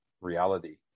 reality